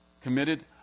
Committed